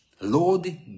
Lord